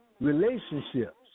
relationships